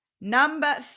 Number